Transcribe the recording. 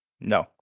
No